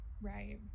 right